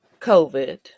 COVID